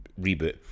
reboot